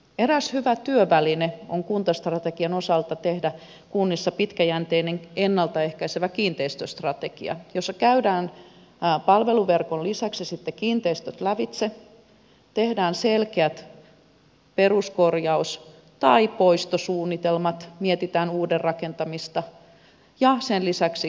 eräs hyvä työväline on kuntastrategian osalta tehdä kunnissa pitkäjänteinen ennalta ehkäisevä kiinteistö strategia jossa käydään palveluverkon lisäksi sitten kiinteistöt lävitse tehdään selkeät peruskorjaus tai poistosuunnitelmat mietitään uuden rakentamista ja sen lisäksi huoltosuunnitelmat